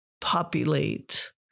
populate